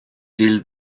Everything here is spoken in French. villes